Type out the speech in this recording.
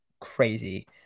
crazy